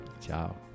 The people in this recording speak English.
Ciao